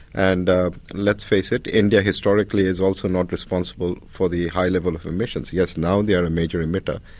and ah let's face it, india historically is also not responsible for the high level of emissions. yes, now they are a major emitter,